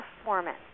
performance